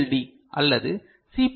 D அல்லது C